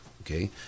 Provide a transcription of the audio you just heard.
okay